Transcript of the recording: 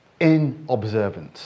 inobservance